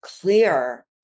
clear